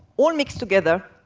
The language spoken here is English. all mixed together.